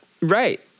right